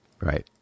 Right